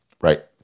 Right